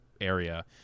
area